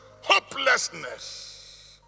hopelessness